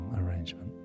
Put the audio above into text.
arrangement